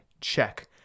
check